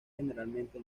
generalmente